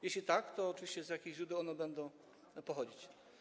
Jeśli tak, to oczywiście pytanie: Z jakich źródeł one będą pochodzić?